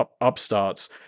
upstarts